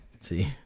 See